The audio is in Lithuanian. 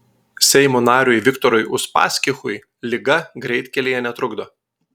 seimo nariui viktorui uspaskichui liga greitkelyje netrukdo